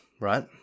right